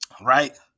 Right